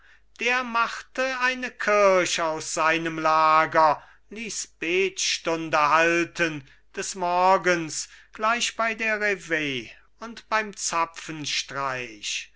der machte eine kirch aus seinem lager ließ betstunde halten des morgens gleich bei der reveille und beim zapfenstreich